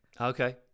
Okay